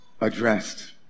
addressed